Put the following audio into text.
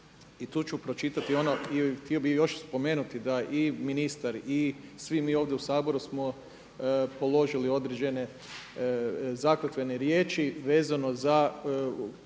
I tu ću pročitati ono i htio bih još spomenuti da i ministar i svi mi ovdje u Saboru smo položili određene zakletvene riječi vezano za